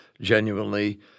genuinely